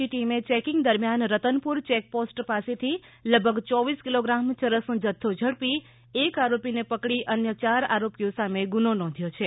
જી ટીમે ચેકિંગ દરમ્યાન રતનપુર ચેકપોસ્ટ પાસેથી લગભગ યોવીસ કિલોગ્રામ ચરસનો જથ્થો ઝડપી એક આરોપીને પકડી અન્ય યાર આરોપીઓ સામે ગુનો નોંધ્યો છે